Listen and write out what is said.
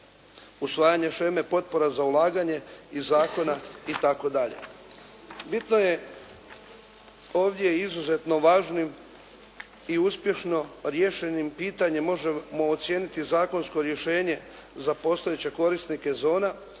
usvajanje sheme potpora za ulaganje i zakona itd.. Bitno je ovdje izuzetno važnim i uspješno riješenim pitanjem možemo ocijeniti zakonsko rješenje za postojeće korisnike zona